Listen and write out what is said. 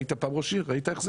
היית פעם ראש עיר, ראית איך זה?